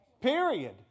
Period